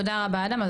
תודה רבה אדם.